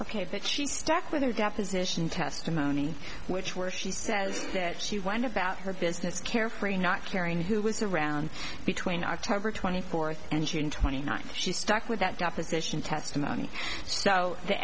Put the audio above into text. that she stuck with her deposition testimony which where she says that she went about her business carefree not caring who was around between october twenty fourth and she and twenty nine she stuck with that deposition testimony so the